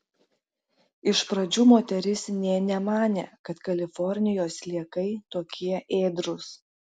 iš pradžių moteris nė nemanė kad kalifornijos sliekai tokie ėdrūs